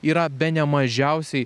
yra bene mažiausiai